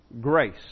grace